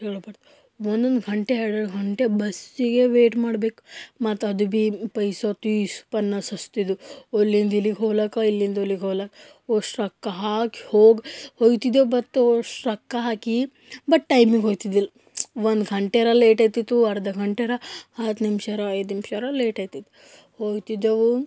ಹೇಳ್ಬಾರ್ದು ಒಂದೊಂದು ಗಂಟೆ ಎರ್ಡೆರ್ಡು ಗಂಟೆ ಬಸ್ಸಿಗೆ ವೇಟ್ ಮಾಡ್ಬೇಕು ಮತ್ತೆ ಅದು ಭೀ ಪೈಸಾ ತೀಸ್ ಪನ್ನಾಸಸ್ತಿದು ಅಲ್ಲಿಂದ ಇಲ್ಲಿಗೆ ಹೋಗೋಕ್ಕೆ ಇಲ್ಲಿಂದ ಅಲ್ಲಿಗೆ ಹೋಗೋಕ್ಕೆ ಅಷ್ಟು ರೊಕ್ಕ ಹಾಕಿ ಹೋಗಿ ಹೋಗ್ತಿದ್ದೇವು ಮತ್ತು ಅಷ್ಟು ರೊಕ್ಕ ಹಾಕಿ ಬಟ್ ಟೈಮಿಗೆ ಹೋಗ್ತಿದ್ದಿಲ್ಲ ಒಂದು ಗಂಟೆರೆ ಲೇಟ್ ಆಗ್ತಿತ್ತು ಅರ್ಧ ಗಂಟೆರೆ ಹತ್ತು ನಿಮ್ಷರ ಐದು ನಿಮ್ಷರೆ ಲೇಟ್ ಆಗ್ತಿತ್ತು ಹೋಗ್ತಿದ್ದೆವು